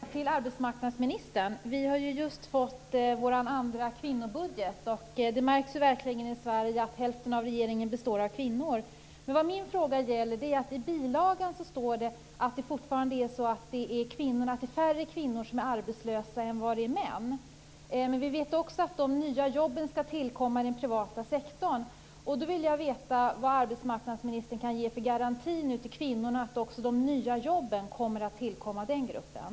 Fru talman! Jag har en fråga till arbetsmarknadsministern. Vi har just fått vår andra kvinnobudget, och det märks verkligen i Sverige att hälften av regeringen består av kvinnor. I bilagan står det att det fortfarande är färre kvinnor än män som är arbetslösa. Vi vet att de nya jobben skall tillkomma i den privata sektorn. Då vill jag veta vilken garanti arbetsmarknadsministern kan ge kvinnorna om att också de nya jobben kommer att tillfalla den gruppen.